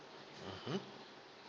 mm